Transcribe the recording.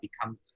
become